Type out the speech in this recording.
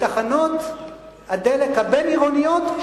בתחנות הדלק הבין-עירוניות,